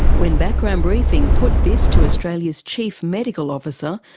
when background briefing put this to australia's chief medical officer,